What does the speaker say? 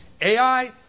Ai